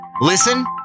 Listen